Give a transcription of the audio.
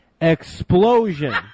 explosion